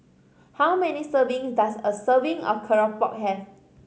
how many serving does a serving of keropok have